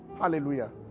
Hallelujah